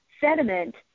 sediment